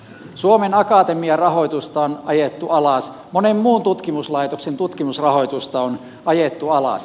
suomen akatemian rahoitusta on ajettu alas monen muun tutkimuslaitoksen tutkimusrahoitusta on ajettu alas